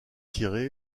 tiré